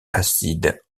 acide